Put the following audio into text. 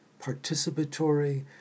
participatory